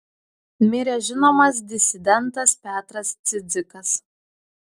mirė žinomas disidentas petras cidzikas